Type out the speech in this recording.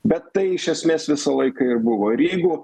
bet tai iš esmės visą laiką ir buvo ir jeigu